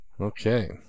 Okay